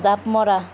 জাপ মৰা